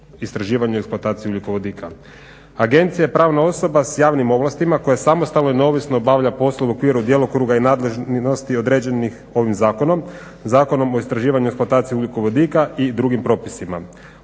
istraživanju i eksploataciji ugljikovodika. Agencija je pravna osoba sa javnim ovlastima koja samostalno i neovisno obavlja poslove u okviru djelokruga i nadležnosti određenih ovim zakonom, Zakonom o istraživanju i eksploataciji ugljikovodika i drugim propisima.